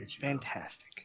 Fantastic